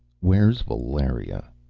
where's valeria?